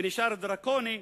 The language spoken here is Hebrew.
ונשאר דרקוני,